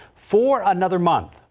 for another month.